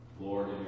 Lord